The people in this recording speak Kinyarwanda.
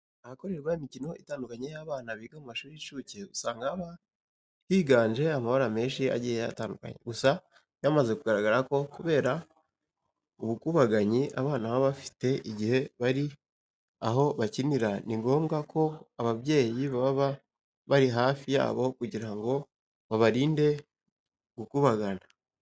Ahakorerwa imikino itandukanye y'abana biga mu mashuri y'incuke, usanga haba higanje amabara menshi agiye atandukanye. Gusa byamaze kugaragara ko kubera ubukubaganyi abana baba bafite igihe bari aho bakinira, ni ngombwa ko ababyeyi baba bari hafi yabo kugira ngo babarinde gukubagana.